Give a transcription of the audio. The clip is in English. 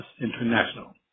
International